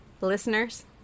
listeners